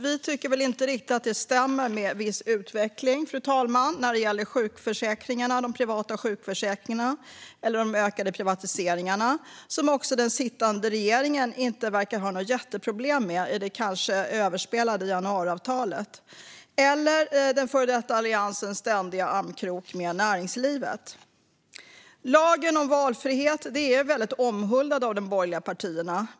Vi tycker väl inte att det riktigt stämmer med viss utveckling, fru talman, när det gäller de privata sjukförsäkringarna och de ökade privatiseringarna, som den sittande regeringen inte verkar ha något jätteproblem med i det kanske överspelade januariavtalet, eller den före detta Alliansens ständiga armkrok med näringslivet. Lagen om valfrihet är väldigt omhuldad av de borgerliga partierna.